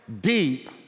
deep